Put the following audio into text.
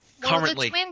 Currently